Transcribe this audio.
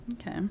Okay